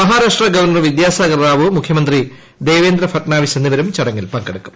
Maharashtra governor Vidyasagar Rao മുഖ്യമന്ത്രി ദേവേന്ദ്ര ഫട്നാവിസ് എന്നിവരും ചടങ്ങിൽ പങ്കെടുക്കും